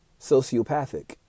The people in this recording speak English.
sociopathic